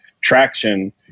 traction